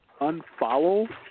unfollow